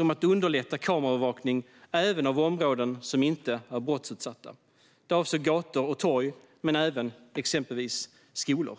om att underlätta kameraövervakning även av områden som inte var brottsutsatta. Här avsågs gator och torg men även exempelvis skolor.